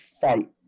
fight